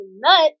nuts